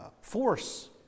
force